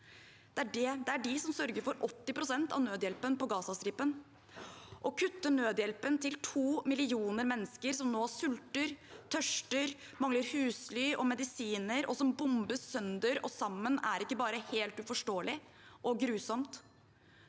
Det er de som sørger for 80 pst. av nødhjelpen på Gazastripen. Å kutte nødhjelpen til to millioner mennesker som nå sulter, tørster, mangler husly og medisiner og bombes sønder og sammen, er ikke bare helt uforståelig og grusomt.